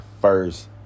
first